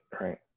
Right